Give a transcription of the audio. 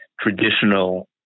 traditional